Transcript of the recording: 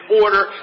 order